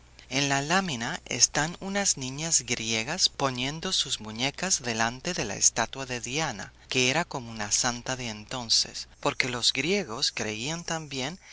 en la lámina están unas niñas griegas poniendo sus muñecas delante de la estatua de diana que era como una santa de entonces porque los griegos creían también